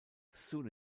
soon